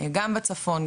גם בצפון,